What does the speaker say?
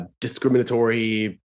discriminatory